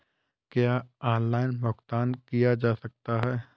क्या ऑनलाइन भुगतान किया जा सकता है?